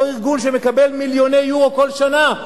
אותו ארגון שמקבל מיליוני יורו כל שנה.